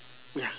ya